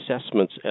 assessments